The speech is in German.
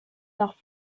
nach